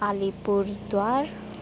Alipurduar